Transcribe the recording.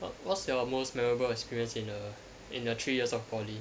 what was your most memorable experience in err in err three years of poly